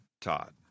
Todd